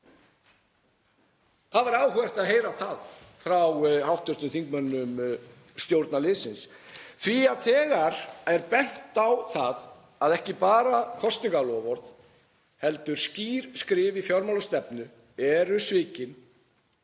Það væri áhugavert að heyra það frá hv. þingmönnum stjórnarliðsins, því að þegar bent er á að ekki bara kosningaloforð heldur skýr skrif í fjármálastefnu eru svikin